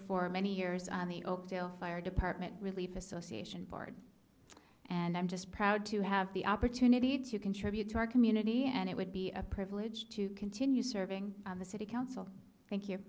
for many years on the oak hill fire department relief association board and i'm just proud to have the opportunity to contribute to our community and it would be a privilege to continue serving on the city council thank you